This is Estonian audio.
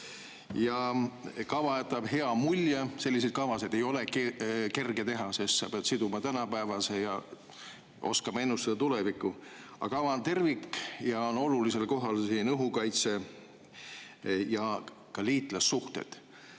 Kava jätab hea mulje. Selliseid kavasid ei ole kerge teha, sest sa pead selle siduma tänapäevaga ja oskama ennustada tulevikku. Aga kava on tervik, olulisel kohal selles on õhukaitse ja ka liitlassuhted.